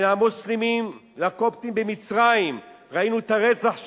בין המוסלמים לקופטים במצרים, ראינו את הרצח שהיה,